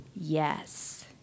Yes